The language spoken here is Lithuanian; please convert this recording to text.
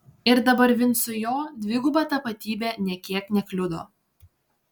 ir dabar vincui jo dviguba tapatybė nė kiek nekliudo